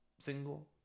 single